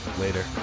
Later